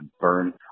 burn